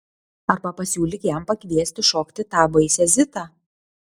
arba pasiūlyk jam pakviesti šokti tą baisią zitą